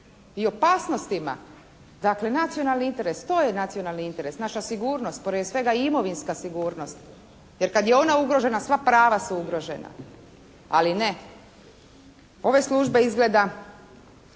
I opasnostima, dakle nacionalni interes, to je nacionalni interes. Naša sigurnost. Prije svega i imovinska sigurnost. Jer kad je ona ugrožena sva prava su ugrožena. Ali ne. Ove službe izgleda,